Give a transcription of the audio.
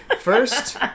first